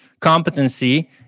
competency